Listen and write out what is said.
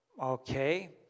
okay